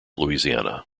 louisiana